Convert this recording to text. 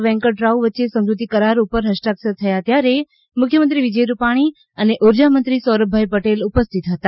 વૈંકટરાવ વચ્ચે સમ જૂતી કરાર ઉપર ફસ્તાક્ષર થયા ત્યારે મુખ્યમંત્રી વિજય રૂપાણી અને ઊર્જા મંત્રી સૌરભભાઇ પટેલ ઉપસ્થિત હતા